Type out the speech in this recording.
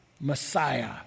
Messiah